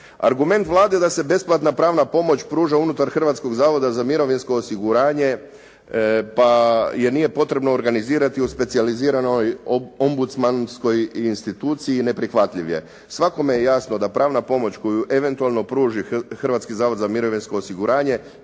Argument Vlade da se besplatna pravna pomoć pruža unutar Hrvatskog zavoda za mirovinsko osiguranje pa je nije potrebno organizirati u specijaliziranoj ombudsmanskoj instituciji, neprihvatljiv je. Svakome je jasno da pravna pomoć koju eventualno pruži Hrvatski zavod za mirovinsko osiguranje